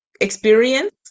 experience